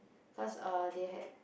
cause err they had